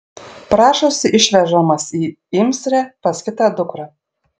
prašosi išvežamas į imsrę pas kitą dukrą